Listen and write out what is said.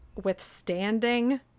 withstanding